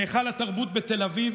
להיכל התרבות בתל אביב.